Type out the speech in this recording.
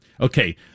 Okay